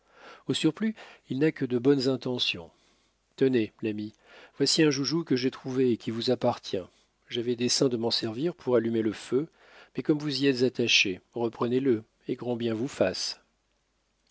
au surplus il n'a que de bonnes intentions tenez l'ami voici un joujou que j'ai trouvé et qui vous appartient j'avais dessein de m'en servir pour allumer le feu mais comme vous y êtes attaché reprenez le et grand bien vous fasse